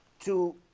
to